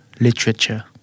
Literature